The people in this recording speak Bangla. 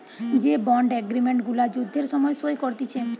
যে বন্ড এগ্রিমেন্ট গুলা যুদ্ধের সময় সই করতিছে